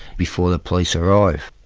before the police arrive.